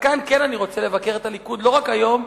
וכאן אני כן רוצה לבקר את הליכוד לא רק היום,